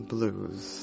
Blues